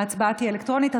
ההצבעה תהיה אלקטרונית,